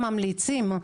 הם ממליצים,